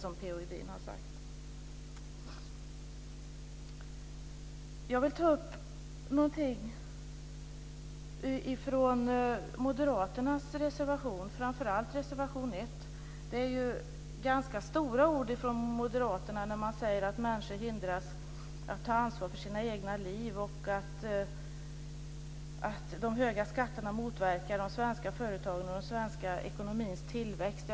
Jag vill också ta upp något ur moderaternas reservation 1. Det är ganska stora ord moderaterna tar till när de säger att människor hindras att ta ansvar för sina egna liv och att de höga skatterna motverkar de svenska företagen och den svenska ekonomins tillväxt.